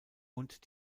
und